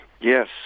Yes